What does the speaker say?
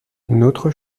notre